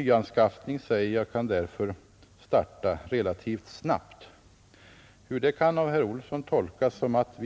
Nyanskaffning kan därför, heter det i svaret, starta relativt snabbt. Jag vill omgående svara på påståendet att